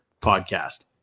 Podcast